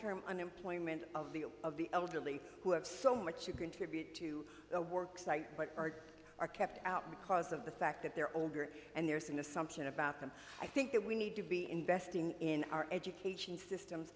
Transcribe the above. term unemployment of the of the elderly who have so much you contribute to the work site what part are kept out because of the fact that they're older and there's an assumption about them i think that we need to be investing in our education systems